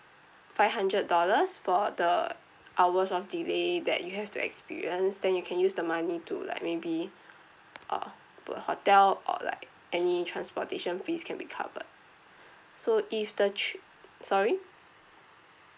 five hundred dollars for the hours of delay that you have to experience then you can use the money to like maybe uh book a hotel or like any transportation fees can be covered so if the tri~ sorry